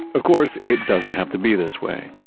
of course, it doesn't have to be this way.